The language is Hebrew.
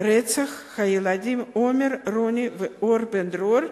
רצח הילדים עומר, רוני ואור בן-דרור,